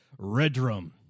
Redrum